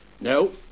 No